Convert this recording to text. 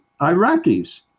Iraqis